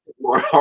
more